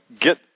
get